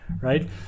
right